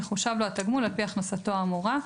יחושב לו התגמול על פי הכנסתו האמורה".